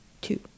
Two